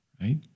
right